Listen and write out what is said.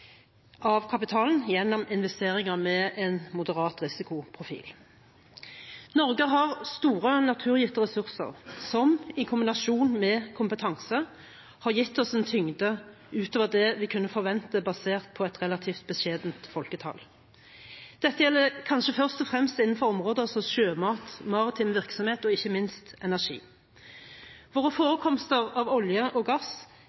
av kapitalen gjennom investeringer med en moderat risikoprofil. Norge har store naturgitte ressurser som i kombinasjon med kompetanse har gitt oss en tyngde utover det vi kunne forvente basert på et relativt beskjedent folketall. Dette gjelder kanskje først og fremst innenfor områder som sjømat, maritim virksomhet og ikke minst energi. Våre forekomster av olje og gass